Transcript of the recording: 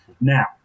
now